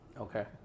okay